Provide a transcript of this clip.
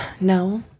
No